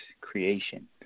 creation